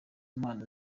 mpano